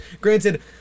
Granted